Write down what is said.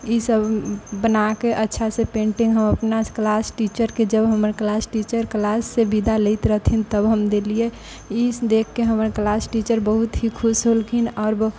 ईसब बनाके अच्छासँ पेन्टिङ्ग हम अपना क्लास टीचरके जब हमर क्लास टीचर क्लाससँ विदा लैत रहथिन तब हम देलिए ई देखिके हमर क्लास टीचर बहुत ही खुश होलखिन आओर